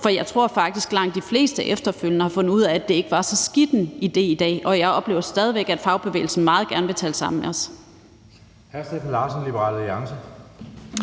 for jeg tror faktisk, at langt de fleste efterfølgende i dag har fundet ud af, at det ikke var så skidt en idé, og jeg oplever, at fagbevægelsen stadig væk meget gerne vil tale med os.